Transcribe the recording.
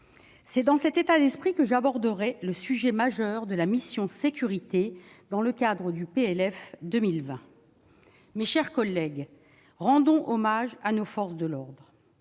C'est dans cet état d'esprit que j'aborderai le sujet majeur de la mission « Sécurités » dans le cadre du PLF 2020. Mes chers collègues, rendons hommage à nos forces de l'ordre.